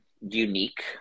unique